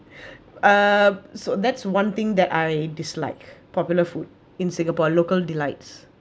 uh so that's one thing that I dislike popular food in singapore local delights